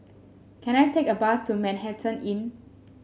can I take a bus to Manhattan Inn